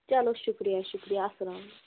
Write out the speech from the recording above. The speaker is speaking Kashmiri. چلو شُکریہ شُکریہ اسلام